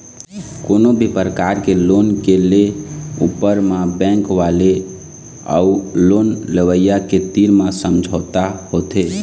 कोनो भी परकार के लोन के ले ऊपर म बेंक वाले अउ लोन लेवइया के तीर म समझौता होथे